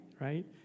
right